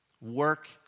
Work